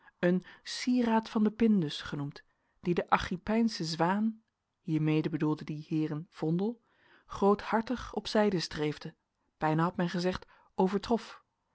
een sieraad van den pindus genoemd die de agrippijnsche zwaan hiermede bedoelden die heeren vondel groothartig op zijde streefde bijna had men gezegd overtrof